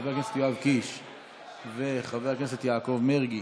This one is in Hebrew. יואב קיש ויעקב מרגי.